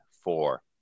four